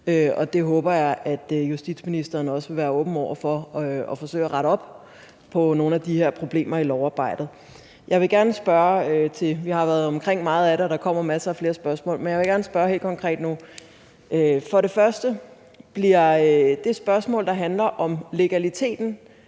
nu. Jeg håber, at justitsministeren også vil være åben over for at forsøge at rette op på nogle af de her problemer i lovarbejdet. Vi har været omkring meget af det, og der kom mange flere spørgsmål, men jeg vil gerne stille nogle helt konkrete spørgsmål nu. For det første: Bliver det spørgsmål, der handler om legaliteten